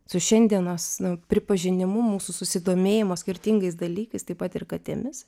su šiandienos pripažinimu mūsų susidomėjimo skirtingais dalykais taip pat ir katėmis